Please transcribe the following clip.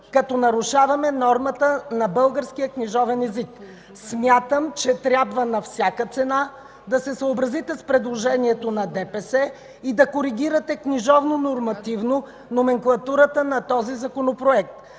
като нарушаваме нормата на българския книжовен език. Смятам, че трябва на всяка цена да се съобразите с предложението на ДПС и да коригирате книжовно нормативно номенклатурата на този законопроект